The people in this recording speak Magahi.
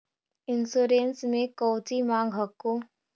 इंश्योरेंस मे कौची माँग हको?